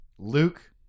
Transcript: Luke